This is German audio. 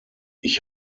ich